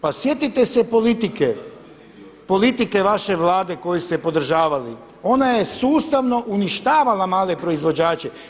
Pa sjetite se politike, politike vaše Vlade koju ste podržavali, ona je sustavno uništavala male proizvođače.